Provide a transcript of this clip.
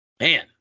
man